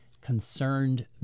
concerned